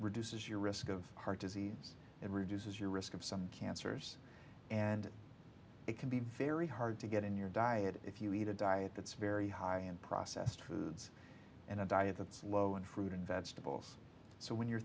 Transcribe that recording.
reduces your risk of heart disease and reduces your risk of some cancers and it can be very hard to get in your diet if you eat a diet that's very high and processed foods and a diet that's low and fruit and vegetables so when you're